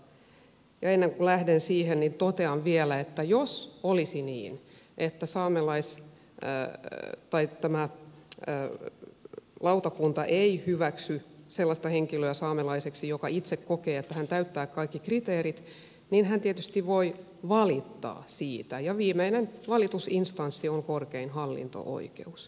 ennen kuin lähden siihen totean vielä että jos olisi niin että tämä lautakunta ei hyväksy sellaista henkilöä saamelaiseksi joka itse kokee että hän täyttää kaikki kriteerit niin hän tietysti voi valittaa siitä ja viimeinen valitusinstanssi on korkein hallinto oikeus